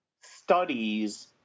studies